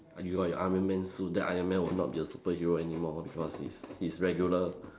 uh you are in your iron man suit then iron man will not be a superhero anymore because he's he's regular